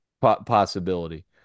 possibility